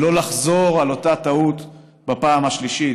ולא לחזור על אותה טעות בפעם השלישית.